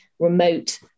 remote